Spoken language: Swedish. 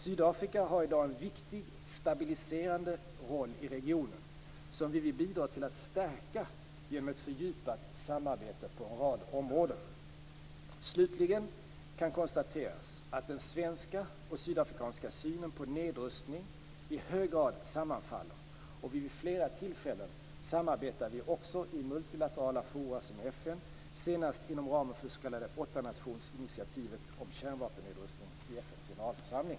Sydafrika har i dag en viktig stabiliserande roll i regionen som vi vill bidra till att stärka genom ett fördjupat samarbete på en rad områden. Slutligen kan konstateras att den svenska och den sydafrikanska synen på nedrustning i hög grad sammanfaller och att vi vid flera tillfällen samarbetat i multilaterala forum som FN, senast inom ramen för det s.k. åttanationsinitiativet om kärnvapennedrustning i FN:s generalförsamling.